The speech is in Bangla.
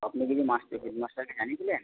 আপনি মাস্টার হেডমাস্টারকে জানিয়েছিলেন